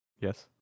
Yes